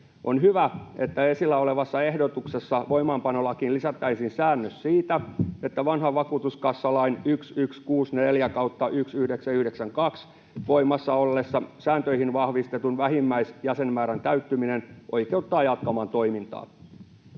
On hyvä, että esillä olevassa ehdotuksessa voimaanpanolakiin lisättäisiin säännös siitä, että vanhan vakuutuskassalain 1164/1992 voimassa ollessa sääntöihin vahvistetun vähimmäisjäsenmäärän täyttyminen oikeuttaa jatkamaan toimintaa.